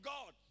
God